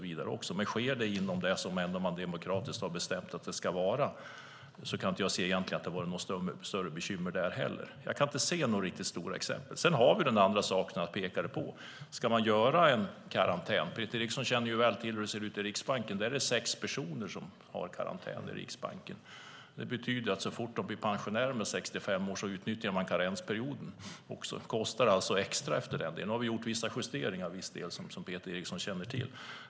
Men om det sker inom det som man demokratiskt har bestämt att det ska vara kan jag inte se att det har varit några större bekymmer. Jag kan inte se några tydliga sådana exempel. Sedan är det den andra saken som han pekade på, om man ska införa en karantän. Peter Eriksson känner väl till hur det ser ut i Riksbanken, där det är sex personer som har karantän. Det betyder att så fort man blir pensionär vid 65 år utnyttjar man karensperioden, och det kostar extra. Nu har vi gjort vissa justeringar, som Peter Eriksson känner till.